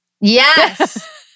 Yes